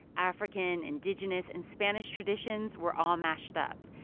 african, indigenous and spanish traditions were all mashed up.